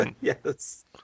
Yes